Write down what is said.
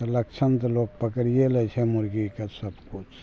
तऽ लक्षण तऽ लोक पकड़िए लै छै मुर्गीके सबकिछु